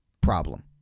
problem